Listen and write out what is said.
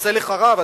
עשה לך רב,